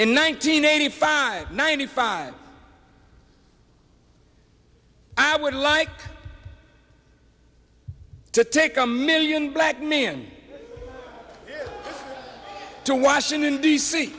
in nineteen eighty five ninety five i would like to take a million black men to washington d